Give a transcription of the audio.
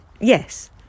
Yes